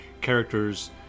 character's